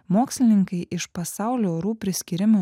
mokslininkai iš pasaulio orų priskyrimo